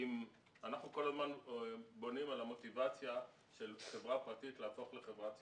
אנחנו כל הזמן בונים על המוטיבציה של חברה פרטית להפוך לחברה ציבורית.